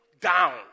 down